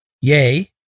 yea